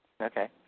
Okay